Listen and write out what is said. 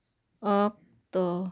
ᱚᱠᱼᱛᱚ